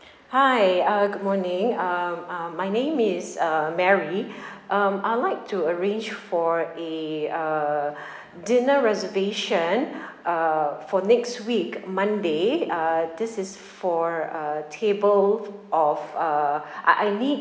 hi uh good morning um um my name is uh mary um I'll like to arrange for a uh dinner reservation uh for next week monday uh this is for a table of uh I I need